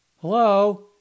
Hello